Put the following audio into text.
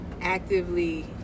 actively